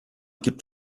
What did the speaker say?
gibt